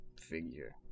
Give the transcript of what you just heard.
figure